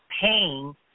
paying